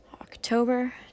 October